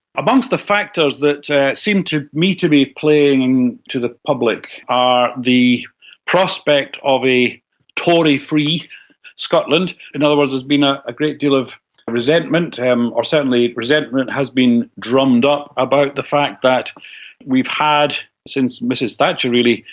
amongst the factors that seem to me to be playing and to the public are the prospect of a tory-free scotland, in other words there has been ah a great deal of resentment and or certainly resentment has been drummed up about the fact that we've had, since mrs thatcher really,